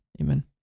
Amen